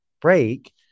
break